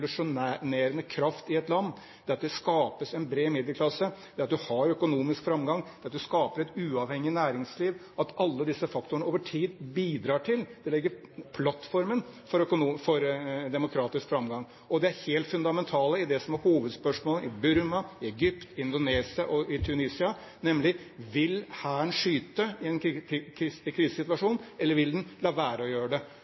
kraft i et land, at det at det skapes en bred middelklasse, det at du har økonomisk framgang, det at du skaper et uavhengig næringsliv – at alle disse faktorene over tid bidrar til, legger plattformen for, demokratisk framgang. Det helt fundamentale i det som er hovedspørsmålet i Burma, i Egypt, i Indonesia og i Tunisia, er nemlig: Vil hæren skyte i en krisesituasjon, eller vil den la være å gjøre det?